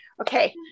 okay